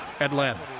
Atlanta